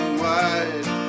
wide